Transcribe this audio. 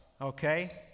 okay